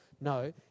No